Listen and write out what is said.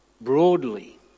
broadly